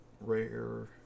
rare